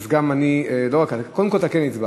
אז גם אני, לא רק אני, קודם כול, אתה כן הצבעת,